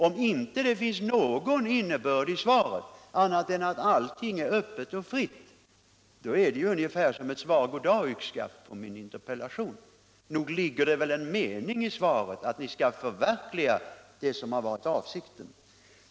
Om det inte finns någon annan innebörd i svaret på min interpellation än att allting nu är fritt och öppet är det ungefär som goddag — yxskaft. Nog ligger det väl en mening i svaret att ni skall förverkliga det som har varit avsikten.